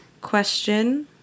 question